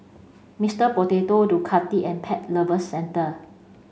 Mister Potato Ducati and Pet Lovers Centre